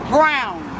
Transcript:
Brown